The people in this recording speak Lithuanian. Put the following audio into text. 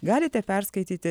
galite perskaityti